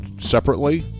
separately